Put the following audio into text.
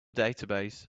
database